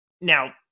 Now